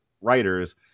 writers